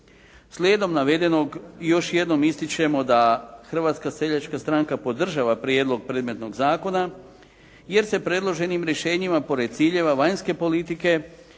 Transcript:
Slijedom navedenog, još jednom ističemo da Hrvatska seljačka stranka podržava prijedlog predmetnog zakona, jer se predloženim rješenjima pored ciljeva vanjske politike